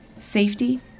safety